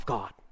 God